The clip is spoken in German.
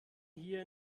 hier